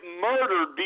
murdered